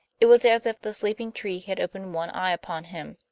it was as if the sleeping tree had opened one eye upon him.